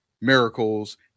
miracles